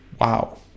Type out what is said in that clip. Wow